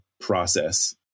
process